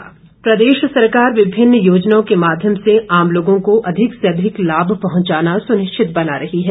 सहजल प्रदेश सरकार विभिन्न योजनाओं के माध्यम से आम लोगों को अधिक से अधिक लाभ पहुंचाना सुनिश्चित बना रही है